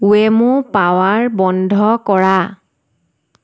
Wemo power বন্ধ কৰা